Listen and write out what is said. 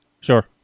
Sure